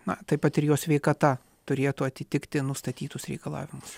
na taip pat ir jo sveikata turėtų atitikti nustatytus reikalavimus